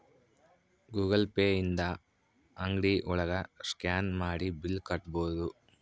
Google Pay ಇಂದ ಅಂಗ್ಡಿ ಒಳಗ ಸ್ಕ್ಯಾನ್ ಮಾಡಿ ಬಿಲ್ ಕಟ್ಬೋದು